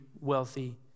wealthy